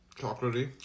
Chocolatey